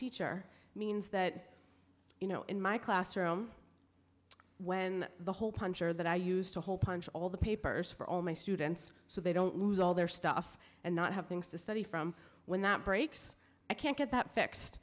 teacher means that you know in my classroom when the hole puncher that i used to hole punch all the papers for all my students so they don't lose all their stuff and not have things to study from when that breaks i can't get that fixed